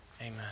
Amen